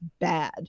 bad